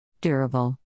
Durable